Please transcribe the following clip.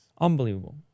Unbelievable